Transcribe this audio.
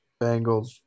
Bengals